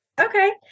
Okay